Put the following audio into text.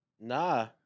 Nah